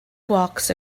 walks